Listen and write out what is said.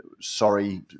sorry